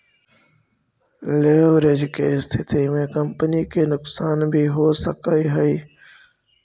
leverage के स्थिति में कंपनी के नुकसान भी हो सकऽ हई